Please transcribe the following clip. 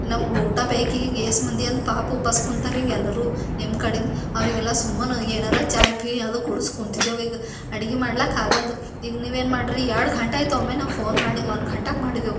ನಮ್ಗೆ ಊಟ ಬೇಕೀಗ ಎಷ್ಟ್ ಮಂದಿ ಅಂತ ಪಾಪ ಉಪ್ವಾಸ ಕುಂತರಿ ಎಲ್ಲರೂ ನಿಮ್ಮ ಕಡಿಂದ ಅವರಿಗೆಲ್ಲ ಸುಮ್ಮನು ಏನಾರ ಚಾಯ್ ಪೀ ಏನಾದರೂ ಕುಡಿಸಿ ಕೂತಿದ್ದೆವು ಈಗ ಅಡುಗೆ ಮಾಡ್ಲಕ್ಕ ಆಗಲ್ದು ಈಗ ನೀವೇನು ಮಾಡ್ರಿ ಎರಡು ಗಂಟೆ ಆಯ್ತು ಒಮ್ಮೆ ನಾವು ಫೋನ್ ಮಾಡಿ ಒಂದು ಗಂಟೆಗೆ ಮಾಡಿದೆವು